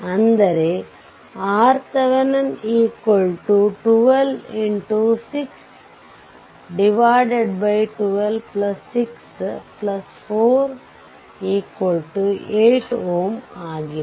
ಅಂದರೆ RThevenin 12x 6 12 6 4 8 Ω ಆಗಿದೆ